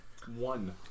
One